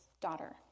daughter